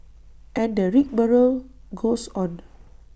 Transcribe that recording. and the rigmarole goes on